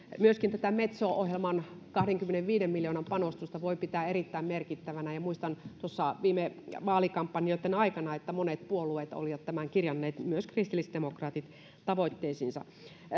myöskin tätä metso ohjelman kahdenkymmenenviiden miljoonan panostusta voi pitää erittäin merkittävänä ja muistan tuossa viime vaalikampanjoitten aikana että monet puolueet olivat tämän kirjanneet myös kristillisdemokraatit tavoitteisiinsa